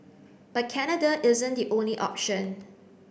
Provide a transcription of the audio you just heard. but Canada isn't the only option